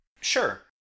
Sure